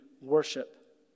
worship